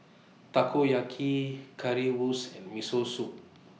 Takoyaki Currywurst and Miso Soup